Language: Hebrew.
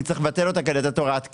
נצטרך לבטל אותה כדי לתת הוראת קבע,